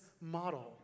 model